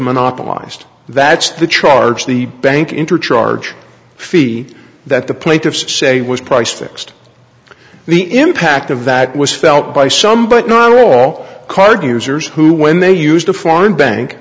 monopolised that's the charge the bank interest feed that the plaintiffs say was price fixed the impact of that was felt by some but not all card users who when they used a foreign bank